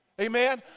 Amen